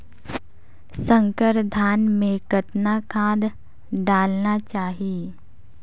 संकर धान मे कतना खाद डालना चाही?